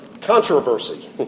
controversy